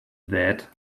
that